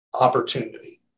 opportunity